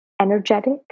energetic